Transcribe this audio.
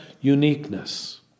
uniqueness